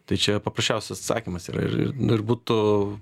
tai čia paprasčiausias atsakymas yra ir būtų